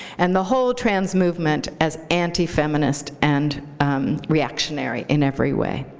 and the whole trans movement as anti-feminist and reactionary in every way.